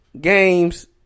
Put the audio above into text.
games